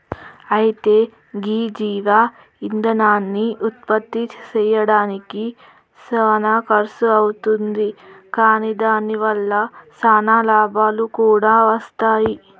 అయితే గీ జీవ ఇందనాన్ని ఉత్పప్తి సెయ్యడానికి సానా ఖర్సు అవుతుంది కాని దాని వల్ల సానా లాభాలు కూడా వస్తాయి